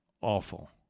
awful